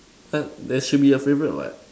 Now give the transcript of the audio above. some there should be a favourite what